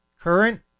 current